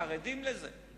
חרדים לזה,